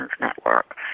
Network